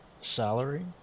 salary